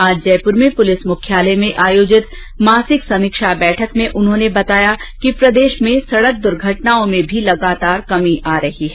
आज जयपुर में पुलिस मुख्यालय में आयोजित मासिक समीक्षा बैठक में उन्होंने बताया कि प्रदेश में सड़क दुर्घटनाओं में भी निरंतर कमी आ रही है